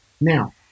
Now